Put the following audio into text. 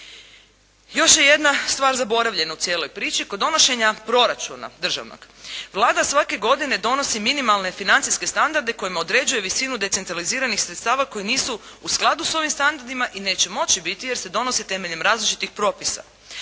Još je jedna stvar zaboravljena u cijeloj priči. Kod donošenja proračuna državnog, Vlada svake godine donosi minimalne financijske standarde kojima određuje visinu decentraliziranih sredstava koji nisu u skladu s ovim standardima i neće moći biti, jer se donose temeljem različitih propisa.